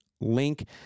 link